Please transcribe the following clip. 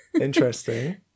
interesting